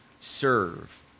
serve